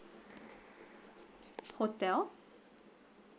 hotel